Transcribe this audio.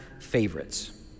favorites